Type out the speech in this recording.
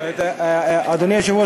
אדוני היושב-ראש,